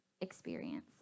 experience